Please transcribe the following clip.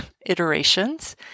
iterations